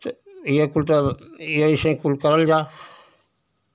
तो यहकुल तब यह अइसेंइ कुल कौल जा